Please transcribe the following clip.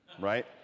right